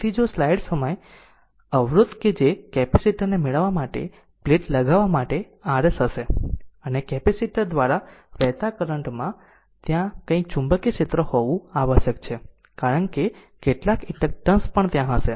તેથી જો સ્લાઈડ સમય અવરોધ કે જે કેપેસિટર ને મેળવવા માટે પ્લેટ લગાવવા માટે Rs હશે અને કેપેસિટર દ્વારા વહેતા કરંટ માં ત્યાં કંઈક ચુંબકીય ક્ષેત્ર હોવું આવશ્યક છે કારણ કે કેટલાક ઇન્ડક્ટન્સ પણ ત્યાં હશે